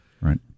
Right